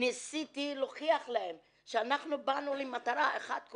ניסיתי להוכיח להן שבאתי למטרה אחת,